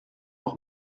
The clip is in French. leur